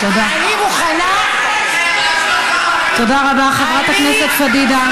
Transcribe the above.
אני מוכנה, תודה רבה, חברת הכנסת פדידה.